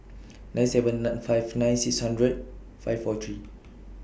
nine seven nine five nine six hundred five four three